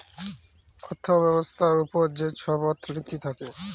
অথ্থ ব্যবস্থার উপর যে ছব অথ্থলিতি থ্যাকে